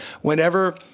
whenever